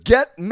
Get